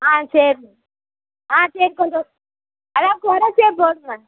ஆ சரிங்க ஆ சரி கொஞ்சம் எல்லாம் கொறைச்சே போடுங்க